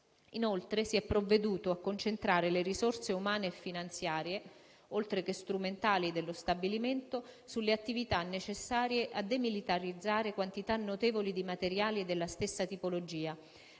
Inoltre, si è provveduto a concentrare le risorse umane e finanziarie, oltre che strumentali, dello stabilimento sulle attività necessarie a demilitarizzare quantità notevoli di materiali della stessa tipologia